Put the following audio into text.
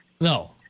no